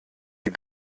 die